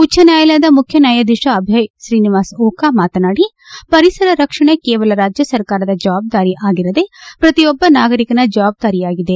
ಉಚ್ದ ನ್ಯಾಲಯದ ಮುಖ್ಯ ನ್ಯಾಯಾಧೀಶ ಅಭಯ್ ತ್ರೀನಿವಾಸ್ ಒಕಾ ಮಾತನಾಡಿ ಪರಿಸರ ರಕ್ಷಣೆ ಕೇವಲ ರಾಜ್ಯ ಸರ್ಕಾರದ ಜವಾಬ್ದಾರಿ ಆಗಿರದೆ ಪ್ರತಿಯೊಬ್ಲ ನಾಗರಿಕನ ಜವಾಬ್ದಾರಿಯಾಗಿದೆ